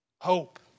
Hope